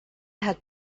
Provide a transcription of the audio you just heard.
had